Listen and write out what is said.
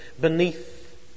beneath